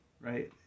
right